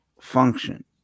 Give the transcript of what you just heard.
function